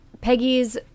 Peggy's